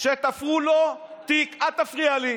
שתפרו לו תיק, אל תפריע לי.